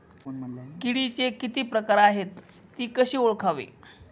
किडीचे किती प्रकार आहेत? ति कशी ओळखावी?